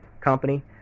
company